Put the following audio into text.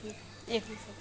एक